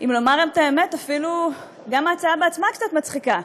אם לומר את האמת, גם ההצעה בעצמה קצת מצחיקה.